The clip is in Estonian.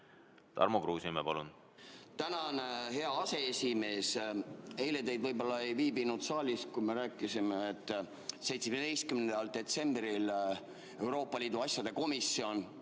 Tarmo Kruusimäe, palun! Tänan, hea aseesimees! Eile te võib-olla ei viibinud saalis, kui me rääkisime, et 17. detsembril Euroopa Liidu asjade komisjon